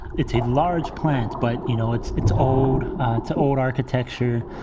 it's a large plant. but, you know, it's it's ode to old architecture.